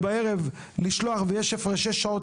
בערב, למרות הפרשי השעות,